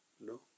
No